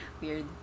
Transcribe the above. Weird